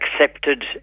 accepted